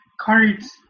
cards